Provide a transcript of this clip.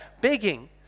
begging